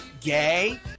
Gay